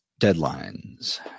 deadlines